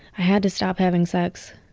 i had to stop having sex.